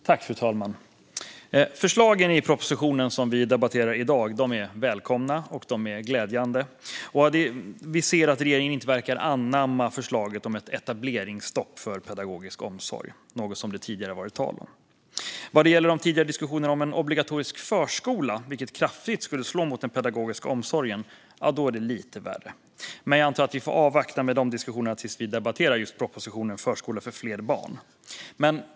Fru talman! Förslagen i propositionen som vi debatterar i dag är välkomna. Det är glädjande att regeringen inte verkar anamma förslaget om ett etableringsstopp för pedagogisk omsorg, något som det tidigare har varit tal om. Vad gäller de tidigare diskussionerna om en obligatorisk förskola, vilket kraftigt skulle slå mot den pedagogiska omsorgen, är det lite värre. Men jag antar att vi får avvakta med de diskussionerna tills vi debatterar just propositionen Förskola för fler barn .